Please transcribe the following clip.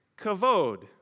kavod